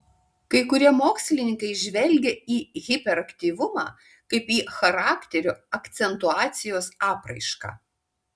kai kurie mokslininkai žvelgia į hiperaktyvumą kaip į charakterio akcentuacijos apraišką